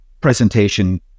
presentation